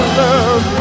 love